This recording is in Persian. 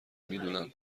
میدونم